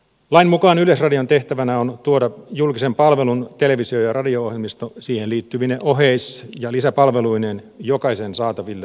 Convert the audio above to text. lain mukaan yleisradion tehtävänä on tuoda julkisen palvelun televisio ja radio ohjelmisto siihen liittyvine oheis ja lisäpalveluineen jokaisen saataville yhtäläisin ehdoin